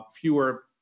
fewer